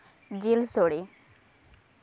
ᱡᱤᱞ ᱥᱳᱲᱮ